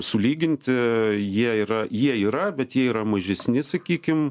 sulyginti jie yra jie yra bet jie yra mažesni sakykim